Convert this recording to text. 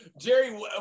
jerry